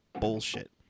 bullshit